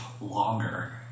longer